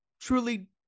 truly